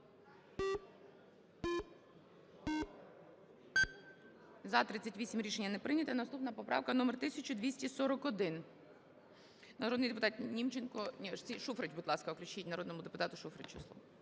За-38 Рішення не прийнято. Наступна поправка номер 1241. Народний депутат Німченко. Ні, Шуфрич, будь ласка, включіть, народному депутату Шуфричу слово.